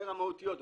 יותר המהותיות,